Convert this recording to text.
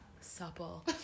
supple